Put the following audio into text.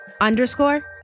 underscore